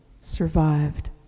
survived